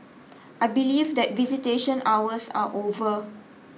I believe that visitation hours are over